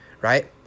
right